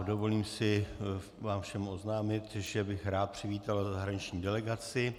Dovolím si vám všem oznámit, že bych rád přivítal zahraniční delegaci.